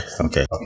okay